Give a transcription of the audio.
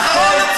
אבל הכי גרוע,